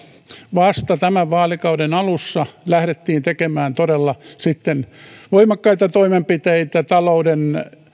vasta tämän vaalikauden alussa lähdettiin tekemään todella voimakkaita toimenpiteitä talouden